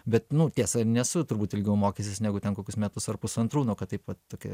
bet nu tiesa ir nesu turbūt ilgiau mokęsis negu ten kokius metus ar pusantrų nu kad taip vat tokia